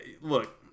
Look